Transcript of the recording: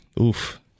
oof